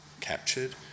captured